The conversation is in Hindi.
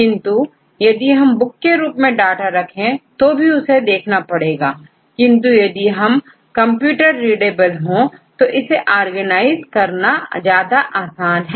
किंतु यदि हम बुक के रूप में डाटा रखे हैं तो भी उसे देखना पड़ेगा किंतु यदि यह कंप्यूटर रीडेबल हो तो इसे ऑर्गेनाइज करना ज्यादा आसान है